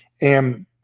And-